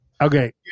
Okay